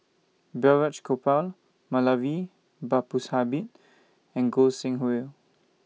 Balraj Gopal Moulavi Babu Sahib and Goi Seng Hui